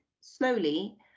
slowly